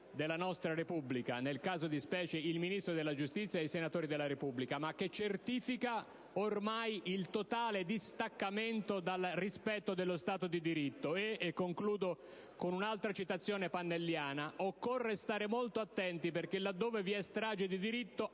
della nostra Repubblica (nel caso di specie, quello del Ministro della giustizia rispetto ai senatori della Repubblica) e, dall'altra, certifica ormai il totale distacco dal rispetto dello Stato di diritto. Concludo con un'altra citazione pannelliana: occorre stare molto attenti perché là dove vi è strage di diritto